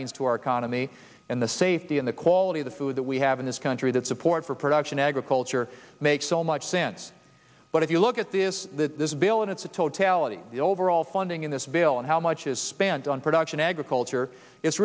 means to our economy and the safety and the quality of the food that we have in this country that support for production agriculture makes so much sense but if you look at this this bill and it's a totality the overall funding in this bill and how much is spent on production agriculture is